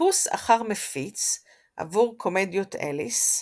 בחיפוש אחר מפיץ עבור "קומדיות אליס"